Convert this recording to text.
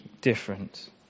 different